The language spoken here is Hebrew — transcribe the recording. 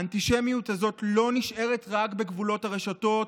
האנטישמיות הזאת לא נשארת רק בגבולות הרשתות